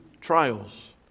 trials